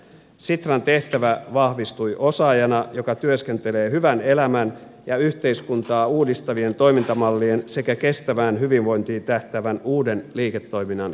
sitran tehtävä vahvistui osaajana joka työskentelee hyvän elämän ja yhteiskuntaa uudistavien toimintamallien sekä kestävään hyvinvointiin tähtäävän uuden liiketoiminnan kehittäjänä